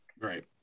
Right